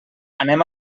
anem